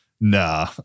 nah